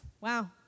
wow